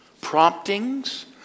promptings